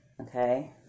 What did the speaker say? okay